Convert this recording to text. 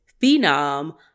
phenom